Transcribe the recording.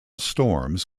storms